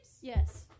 Yes